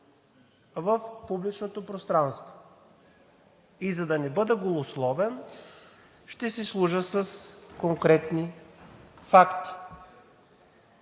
в публичното пространство. И, за да не бъда голословен, ще си служа с конкретни факти.